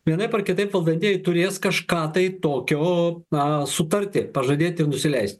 vienaip ar kitaip valdantieji turės kažką tai tokio na sutarti pažadėti nusileist